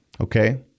Okay